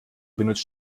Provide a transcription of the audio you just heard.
benutzt